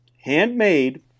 Handmade